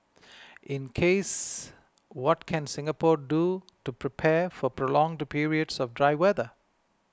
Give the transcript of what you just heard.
in case what can Singapore do to prepare for prolonged periods of dry weather